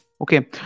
okay